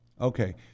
Okay